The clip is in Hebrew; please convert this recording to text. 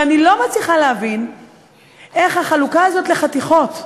ואני לא מצליחה להבין איך החלוקה הזאת לחתיכות,